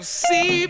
see